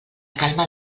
calma